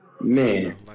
Man